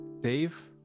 Dave